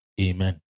Amen